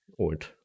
old